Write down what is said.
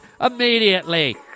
immediately